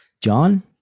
John